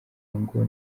ngo